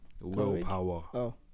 willpower